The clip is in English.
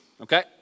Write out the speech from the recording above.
okay